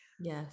yes